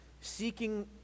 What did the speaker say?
seeking